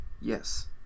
yes